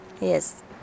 yes